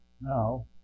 now